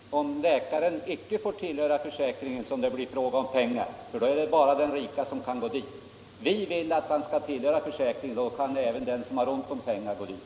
Herr talman! Det är väl just om läkaren icke får omfattas av försäkringen som det blir en fråga om pengar, eftersom det då bara är den rike som kan vända sig till honom. Vi vill att dessa läkare skall vara anslutna till försäkringen. Då kan även den som har ont om pengar gå dit.